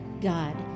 God